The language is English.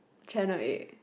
channel eight